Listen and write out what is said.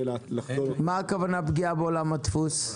מה הכוונה פגיעה בעולם הדפוס?